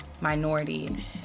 minority